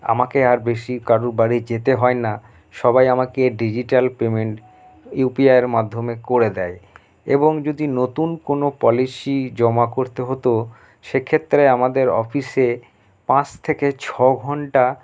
আমাকে আর বেশী কারুর বাড়ি যেতে হয় না সবাই আমাকে ডিজিটাল পেমেন্ট ইউ পি আইয়ের মাধ্যমে করে দেয় এবং যদি নতুন কোনো পলিসি জমা করতে হতো সে ক্ষেত্রে আমাদের অফিসে পাঁচ থেকে ছ ঘণ্টা